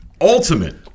ultimate